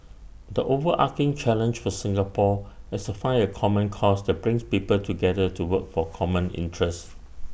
the overarching challenge for Singapore is to find A common cause that brings people together to work for common interests